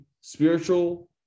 spiritual